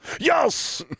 yes